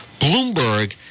Bloomberg